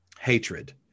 hatred